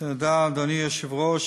תודה, אדוני היושב-ראש.